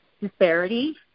disparity